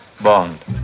bond